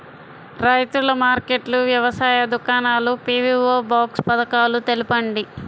రైతుల మార్కెట్లు, వ్యవసాయ దుకాణాలు, పీ.వీ.ఓ బాక్స్ పథకాలు తెలుపండి?